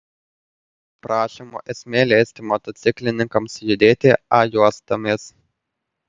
prašymo esmė leisti motociklininkams judėti a juostomis